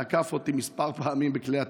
תקף אותי כמה פעמים בכלי התקשורת,